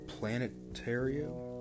Planetario